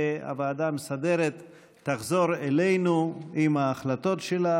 והוועדה המסדרת תחזור אלינו עם ההחלטות שלה,